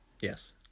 Yes